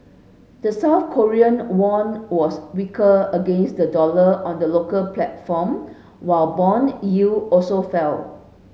the South Korean won was weaker against the dollar on the local platform while bond yield also fell